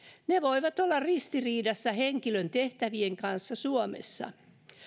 ne voivat olla ristiriidassa henkilön tehtävien kanssa suomessa